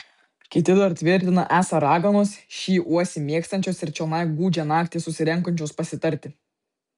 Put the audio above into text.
kiti dar tvirtina esą raganos šį uosį mėgstančios ir čionai gūdžią naktį susirenkančios pasitarti